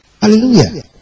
Hallelujah